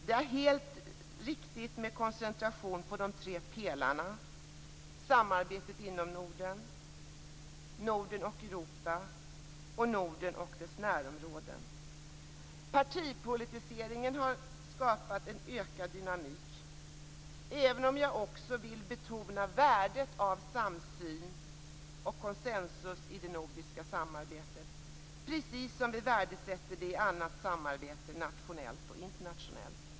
Det är helt riktigt med koncentrationen på de tre pelarna, nämligen samarbetet inom Norden, Norden och Europa och Norden och dess närområden. Partipolitiseringen har skapat en ökad dynamik, även om jag också vill betona värdet av samsyn och konsensus i det nordiska samarbetet - precis som vi värdesätter det i annat samarbete, nationellt och internationellt.